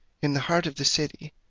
in the heart of the city,